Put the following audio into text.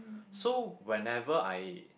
so whenever I